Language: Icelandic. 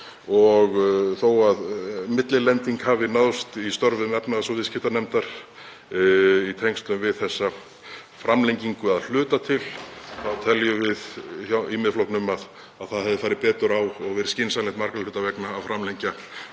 Þó að millilending hafi náðst í störfum efnahags- og viðskiptanefndar, í tengslum við þessa framlengingu að hluta til, teljum við í Miðflokknum að betur hefði farið á því, og verið skynsamlegt margra hluta vegna að framlengja